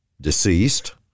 deceased